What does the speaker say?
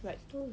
right